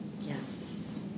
Yes